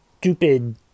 stupid